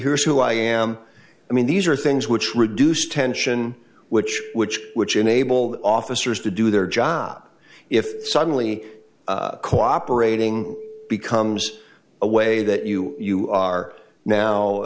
here's who i am i mean these are things which reduce tension which which which enable the officers to do their job if suddenly cooperating becomes a way that you you are now